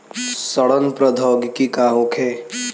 सड़न प्रधौगिकी का होखे?